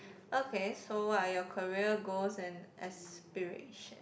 okay so what are your career goals and aspiration